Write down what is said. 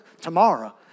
tomorrow